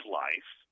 life